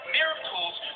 miracles